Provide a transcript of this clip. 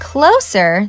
Closer